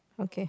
okay